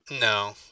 No